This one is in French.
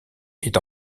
est